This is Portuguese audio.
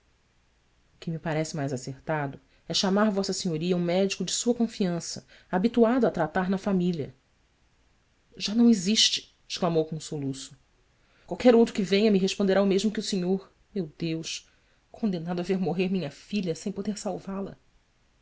que me parece mais acertado é chamar v s um médico de sua confiança habituado a tratar na família á não existe exclamou com um soluço qualquer outro que venha me responderá o mesmo que o senhor meu deus condenado a ver morrer minha filha sem poder salvá la